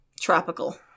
tropical